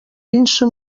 pinso